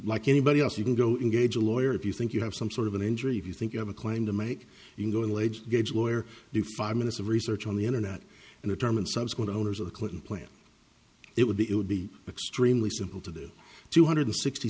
like anybody else you can go in gauge a lawyer if you think you have some sort of an injury if you think you have a claim to make you go allege gauge lawyer do five minutes of research on the internet and the time and subsequent owners of the clinton plan it would be it would be extremely simple to do two hundred sixty